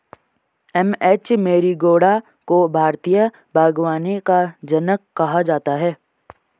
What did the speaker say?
M H Marigowda को भारतीय बागवानी का जनक कहा जाता है